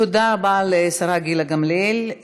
תודה רבה לשרה גילה גמליאל.